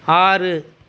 ஆறு